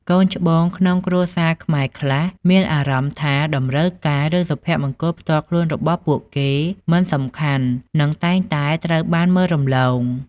កូនច្បងក្នុងគ្រួសារខ្មែរខ្លះមានអារម្មណ៍ថា តម្រូវការ ឬ សុភមង្គលផ្ទាល់ខ្លួនរបស់ពួកគេមិនសំខាន់ និងតែងតែត្រូវបានមើលរំលង។